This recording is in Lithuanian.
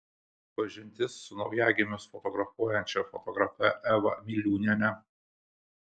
pažintis su naujagimius fotografuojančia fotografe eva miliūniene